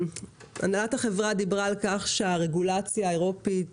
הנהלת החברה דיברה על כך שהרגולציה האירופאית